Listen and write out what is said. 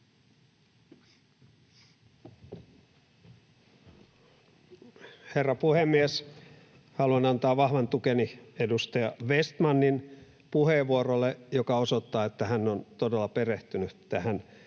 Herra puhemies! Haluan antaa vahvan tukeni edustaja Vestmanin puheenvuorolle, joka osoittaa, että hän on todella perehtynyt kansainväliseen